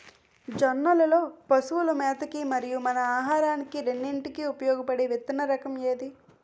జొన్నలు లో పశువుల మేత కి మరియు మన ఆహారానికి రెండింటికి ఉపయోగపడే విత్తన రకం ఏది?